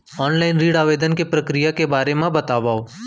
Online ऋण आवेदन के प्रक्रिया के बारे म बतावव?